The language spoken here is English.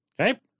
Okay